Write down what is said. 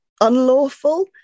unlawful